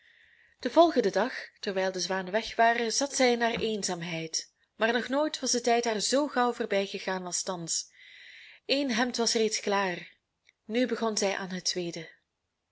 den volgenden dag terwijl de zwanen weg waren zal zij in haar eenzaamheid maar nog nooit was de tijd haar zoo gauw voorbijgegaan als thans één hemd was reeds klaar nu begon zij aan het tweede